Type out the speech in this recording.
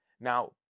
Now